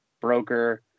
broker